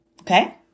okay